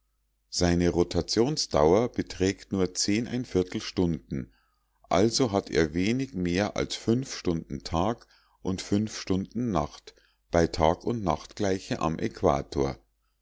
seine rotationsdauer beträgt nur stunden also hat er wenig mehr als stunden tag und stunden nacht bei tag und nachtgleiche am äquator